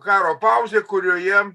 karo pauzė kurioje